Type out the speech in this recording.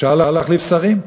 אפשר להחליף שרים,